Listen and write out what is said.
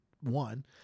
one